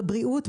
בבריאות,